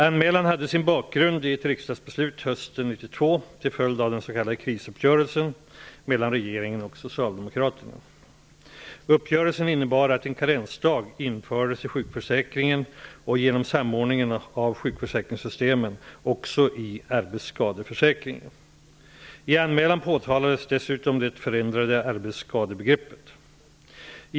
Anmälan hade sin bakgrund i ett riksdagsbeslut hösten 1992 till följd av den s.k. krisuppgörelsen mellan regeringen och Socialdemokraterna. Uppgörelsen innebar att en karensdag infördes i sjukförsäkringen och, genom samordningen av försäkringssystemen, också i arbetsskadeförsäkringen. I anmälan påtalades dessutom det förändrade arbetsskadebegreppet.